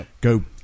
go